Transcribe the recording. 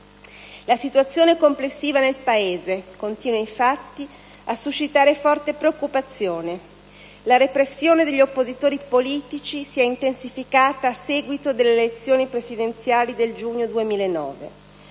La situazione complessiva nel Paese continua, infatti, a suscitare forte preoccupazione. La repressione degli oppositori politici si è intensificata a seguito delle elezioni presidenziali del giugno 2009.